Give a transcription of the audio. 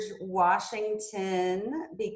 Washington